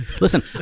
Listen